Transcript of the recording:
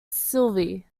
sylvie